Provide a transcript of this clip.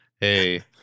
Hey